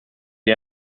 est